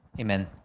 Amen